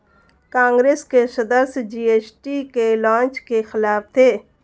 कांग्रेस के सदस्य जी.एस.टी के लॉन्च के खिलाफ थे